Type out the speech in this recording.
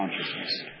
consciousness